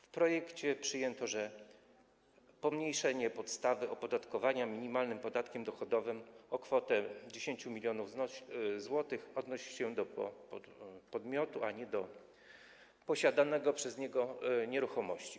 W projekcie przyjęto, że pomniejszenie podstawy opodatkowania minimalnym podatkiem dochodowym o kwotę 10 mln zł odnosi się do podmiotu, a nie do posiadanej przez niego nieruchomości.